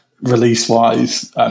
Release-wise